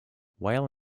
while